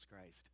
Christ